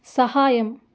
సహాయం